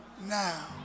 now